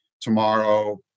tomorrow